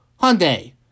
Hyundai